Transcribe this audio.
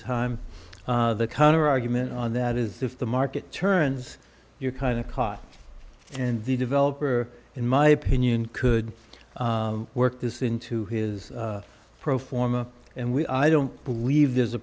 time the counter argument on that is if the market turns you're kind of caught in the developer in my opinion could work this into his pro forma and we i don't believe there's a